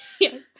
Yes